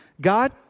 God